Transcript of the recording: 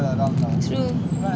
true